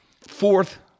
fourth